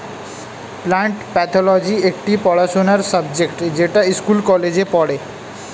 plant pathology একটি পড়াশোনার subject যেটা স্কুল কলেজে পড়ে